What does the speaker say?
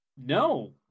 No